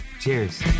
cheers